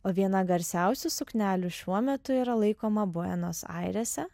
o viena garsiausių suknelių šiuo metu yra laikoma buenos airėse